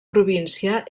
província